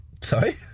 Sorry